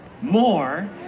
more